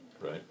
right